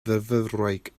fyfyrwraig